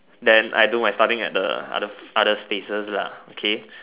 then I do my studying at the other other spaces lah okay